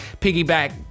piggyback